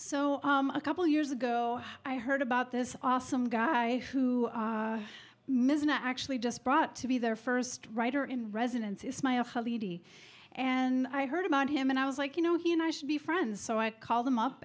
so a couple years ago i heard about this awesome guy who mizzen actually just brought to be their first writer in residence and i heard about him and i was like you know he and i should be friends so i called them up